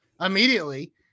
immediately